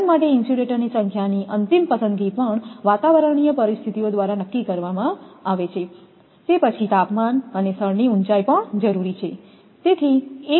line માટે ઇન્સ્યુલેટરની સંખ્યાની અંતિમ પસંદગી પણ વાતાવરણીય પરિસ્થિતિઓ દ્વારા નક્કી કરવામાં આવે છે તે પછી તાપમાન અને સ્થળની ઉંચાઈ પણ જરૂરી છે